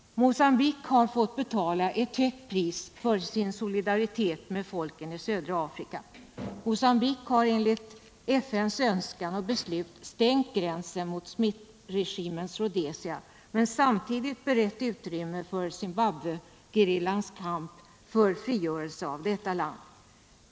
Mocambique har fått betala ett högt pris för sin solidaritet med folken i södra Afrika. Mogambique har enligt FN:s önskan och beslut stängt gränsen mot Smithregimens Rhodesia men samtidigt berett utrymme för Zimbabwegerillans kamp för frigörelse av detta land.